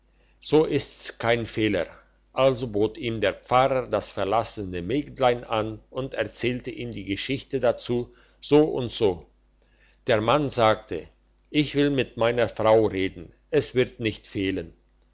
so ist's kein fehler also bot ihm der pfarrherr das verlassene mägdlein an und erzählte ihm die geschichte dazu so und so der mann sagte ich will mit meiner frau reden es wird nicht fehlen